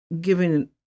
giving